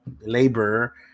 Labor